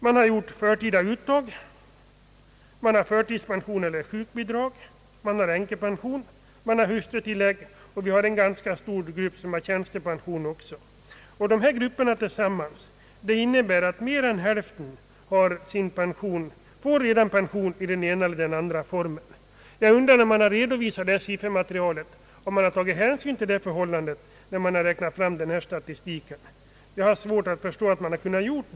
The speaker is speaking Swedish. Man har gjort förtida uttag, man har förtidspension, sjukbidrag, änkepension eller hustrutillägg, och en ganska stor grupp har också tjänstepension. Det innebär att mer än hälften redan har pension i den ena eller den andra formen. Jag undrar om man har tagit hänsyn till detta förhållande när man redovisat den här statistiken. Jag har svårt att förstå att så är fallet.